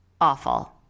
Awful